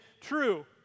true